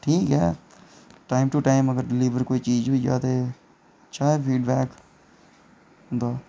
ठीक ऐ time to time अगर कोई चीज़ डिलिवर होई जा ते शैल फीडबैक होंदा